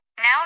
Now